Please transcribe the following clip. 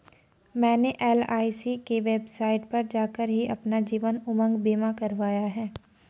मैंने एल.आई.सी की वेबसाइट पर जाकर ही अपना जीवन उमंग बीमा करवाया है